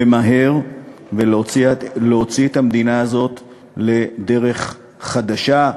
ומהר ולהוציא את המדינה הזאת לדרך חדשה,